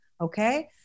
okay